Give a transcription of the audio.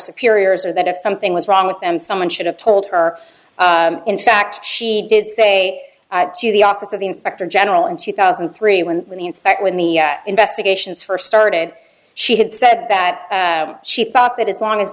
superiors or that if something was wrong with them someone should have told her in fact she did say to the office of the inspector general in two thousand and three when the inspector when the investigations first started she had said that she thought that as long as